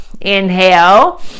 Inhale